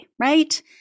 right